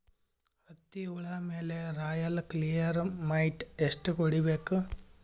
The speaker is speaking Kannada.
ಹತ್ತಿ ಹುಳ ಮೇಲೆ ರಾಯಲ್ ಕ್ಲಿಯರ್ ಮೈಟ್ ಎಷ್ಟ ಹೊಡಿಬೇಕು?